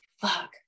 Fuck